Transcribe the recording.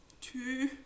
two